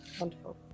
wonderful